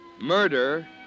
Murder